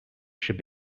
should